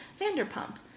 Vanderpump